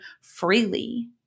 freely